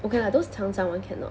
okay lah those 长长 one cannot